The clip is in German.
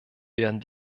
werden